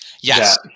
Yes